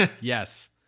yes